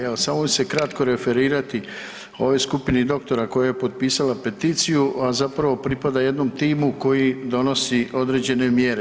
Evo samo ću se kratko referirati o ovoj skupini doktora koja je potpisala peticiju, a zapravo pripada jednom timu koji donosi određene mjere.